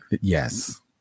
Yes